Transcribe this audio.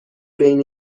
بین